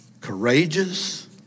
courageous